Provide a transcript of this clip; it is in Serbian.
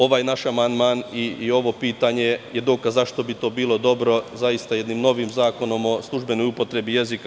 Ovaj naš amandman i ovo pitanje je dokaz zašto bi to bilo dobro sistemski rešiti jednim novim zakonom o službenoj upotrebi jezika.